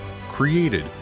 created